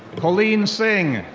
colene singh.